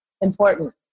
important